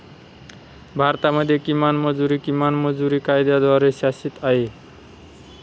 भारतामध्ये किमान मजुरी, किमान मजुरी कायद्याद्वारे शासित आहे